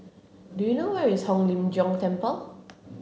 do you know where is Hong Lim Jiong Temple